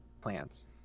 plants